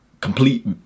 complete